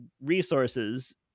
resources